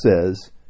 says